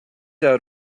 out